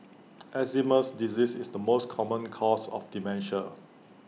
Alzheimer's disease is the most common cause of dementia